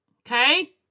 Okay